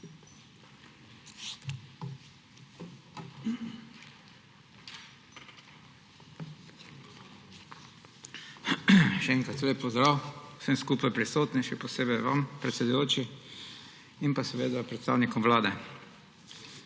Še enkrat lep pozdrav vsem skupaj prisotnim, še posebej vam, predsedujoči, in seveda predstavnikom Vlade!